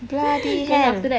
bloody hell